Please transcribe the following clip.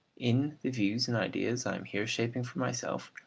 in the views and ideas i am here shaping for myself,